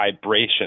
vibration